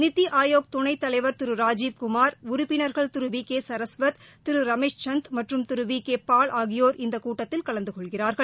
நித்தி ஆயோக் துணைத் தலைவர் திரு ராஜீவ் குமார் உறுப்பினர்கள் திரு வி கே சரஸ்வத் திரு ரமேஷ்சந்த் மற்றும் திரு வி கே பால் ஆகியோர் இந்த கூட்டத்தில் கலந்து கொள்கிறார்கள்